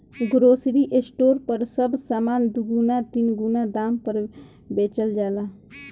grocery store पर सब सामान दुगुना तीन गुना दाम पर बेचल जाला